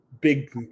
big